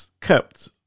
kept